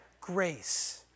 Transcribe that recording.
Grace